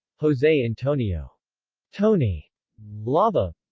jose antonio tony lava